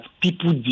people